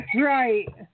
Right